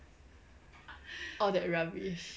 all that rubbish